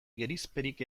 gerizperik